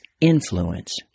influence